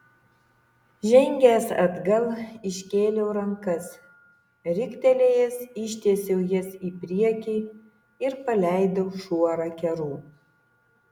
žengęs atgal iškėliau rankas riktelėjęs ištiesiau jas į priekį ir paleidau šuorą kerų